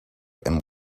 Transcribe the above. and